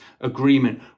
agreement